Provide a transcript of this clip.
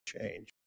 change